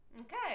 Okay